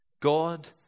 God